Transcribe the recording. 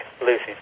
Lucy